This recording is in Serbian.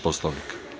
Poslovnika?